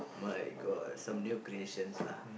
my god some new creations lah